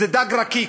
זה דג רקק.